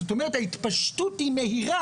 זאת אומרת ההתפשטות היא מהירה,